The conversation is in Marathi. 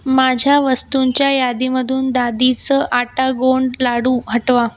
माझ्या वस्तूंच्या यादीमधून दादीचं आटा गोंद लाडू हटवा